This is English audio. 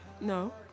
No